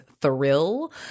thrill